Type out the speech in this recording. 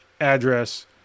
address